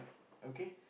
okay